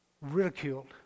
ridiculed